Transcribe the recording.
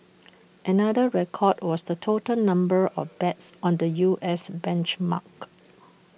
another record was the total number of bets on the U S benchmark